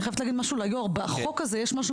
אני חייבת להגיד משהו ליו"ר: יש בחוק הזה משהו